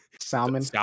salmon